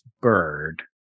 bird